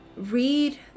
read